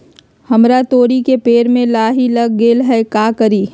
हमरा तोरी के पेड़ में लाही लग गेल है का करी?